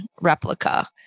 replica